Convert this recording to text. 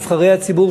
נבחרי הציבור,